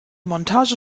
montage